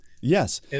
Yes